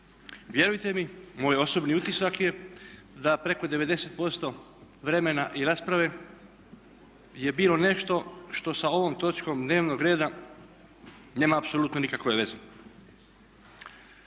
Vjerujte mi moj osobni utisak je da preko 90% vremena i rasprave je bilo nešto što sa ovom točkom dnevnog reda nema apsolutno nikakve veze.